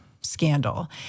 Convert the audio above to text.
scandal